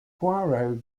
poirot